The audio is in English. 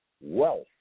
wealth